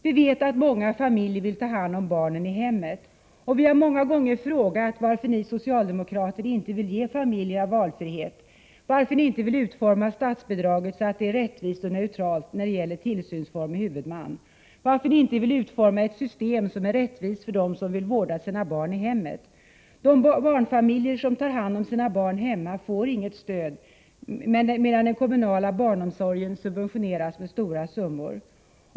Vi vet att många familjer vill ta hand om barnen i hemmet. Vi har många gånger frågat varför ni socialdemokrater inte vill ge barnfamiljerna valfrihet. Varför vill ni inte utforma statsbidraget så att det är rättvist och neutralt när det gäller tillsynsform och huvudman? Varför vill ni inte utforma ett system som är rättvist för dem som vill vårda sina barn i hemmet? De barnfamiljer som tar hand om sina barn hemma får inget stöd, medan den kommunala barnomsorgen subventioneras med stora summor.